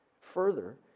Further